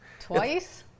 twice